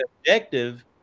objective